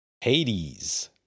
Hades